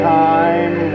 time